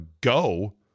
go